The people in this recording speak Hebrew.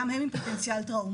גם הם עם פוטנציאל טראומטי.